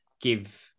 give